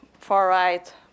far-right